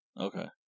Okay